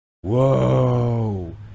Whoa